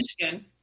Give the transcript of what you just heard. Michigan